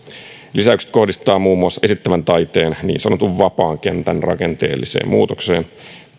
lisäykset kohdistetaan muun muassa esittävän taiteen niin sanotun vapaan kentän rakenteelliseen muutokseen